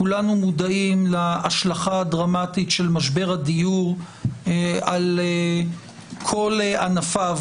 כולנו מודעים להשלכה הדרמטית של משבר הדיור על כל ענפיו: